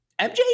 MJ